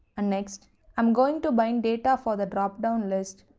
and next i'm going to bind data for the dropdown list.